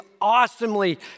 awesomely